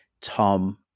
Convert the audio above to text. Tom